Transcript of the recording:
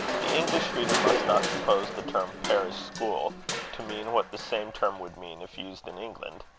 the english reader must not suppose the term parish school to mean what the same term would mean if used in england.